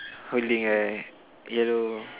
holding a yellow